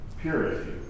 purity